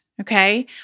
Okay